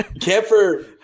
Camper